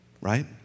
right